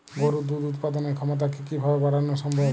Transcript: গরুর দুধ উৎপাদনের ক্ষমতা কি কি ভাবে বাড়ানো সম্ভব?